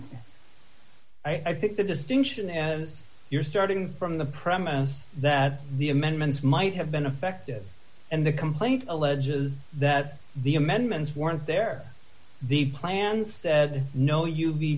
the i think the distinction as you're starting from the premise that the amendments might have been affective and the complaint alleges that the amendments weren't there the plan said no you be